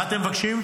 מה אתם מבקשים?